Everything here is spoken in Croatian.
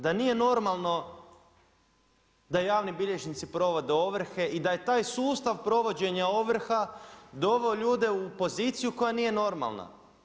Da nije normalno da javni bilježnici provode ovrhe i da je taj sustav provođenja ovrha doveo ljude u poziciju koja nije normalna.